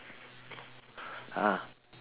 ah